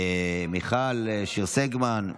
מיכל שיר סגמן.